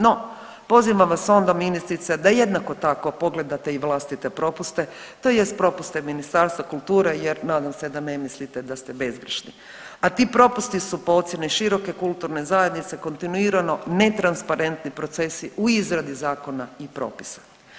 No pozivam vas onda ministrice da jednako tako pogledate i vlastite propuste tj. propuste Ministarstva kulture jer nadam se da ne mislite da te bezgrešni, a ti propusti su po ocjeni široke kulturne zajednice kontinuirano netransparentni procesi u izradi zakona i propisa.